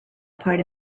part